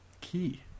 key